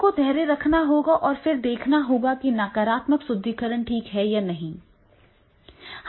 एक को धैर्य रखना होगा और फिर देखना होगा कि नकारात्मक सुदृढीकरण ठीक है या नहीं